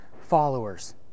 followers